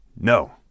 No